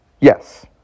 Yes